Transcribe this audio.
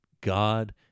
God